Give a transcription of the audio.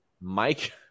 Mike